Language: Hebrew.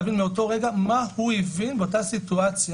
להבין מאותו רגע מה הוא הבין באותה סיטואציה: